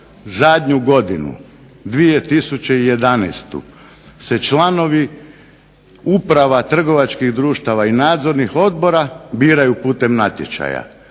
zadnju godinu 2011. Se članovi uprava trgovačkih društva i nadzornih odbora biraju putem natječaja.